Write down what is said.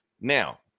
now